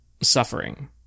suffering